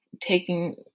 taking